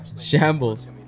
Shambles